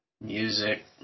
music